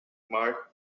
mark